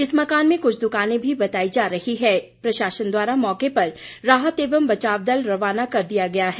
इस मकान में कुछ दुकानें भी बताई जा रही है प्रशासन द्वारा मौके पर राहत एवं बचाव दल रवाना कर दिया गया है